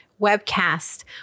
webcast